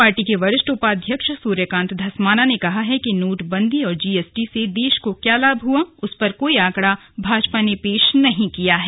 party के वरिष्ठ उपाध्यक्ष सूर्यकांत धस्माना ने कहा कि नोटबन्दी और जीएसटी से देश को क्या लाभ हुआ उस पर कोई आंकड़ा भाजपा ने पेश नहीं किया है